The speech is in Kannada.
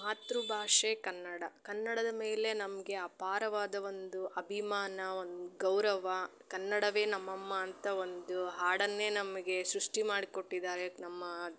ಮಾತೃಭಾಷೆ ಕನ್ನಡ ಕನ್ನಡದ ಮೇಲೆ ನಮಗೆ ಅಪಾರವಾದ ಒಂದು ಅಭಿಮಾನ ಒಂದು ಗೌರವ ಕನ್ನಡವೆ ನಮ್ಮಮ್ಮ ಅಂತ ಒಂದು ಹಾಡನ್ನೆ ನಮಗೆ ಸೃಷ್ಟಿ ಮಾಡಿ ಕೊಟ್ಟಿದ್ದಾರೆ ನಮ್ಮ